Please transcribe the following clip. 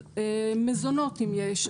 על מזונות אם יש,